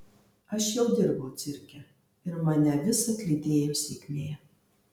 aš jau dirbau cirke ir mane visad lydėjo sėkmė